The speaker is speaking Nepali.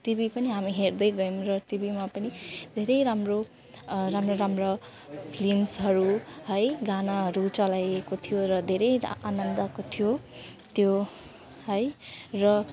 टिभी पनि हामी हेर्दै गयौँ र टिभीमा पनि धेरै राम्रो राम्रो राम्रो फिल्म्सहरू है गानाहरू चलाइएको थियो र धेरै आनन्दको थियो त्यो है र